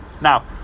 Now